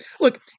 Look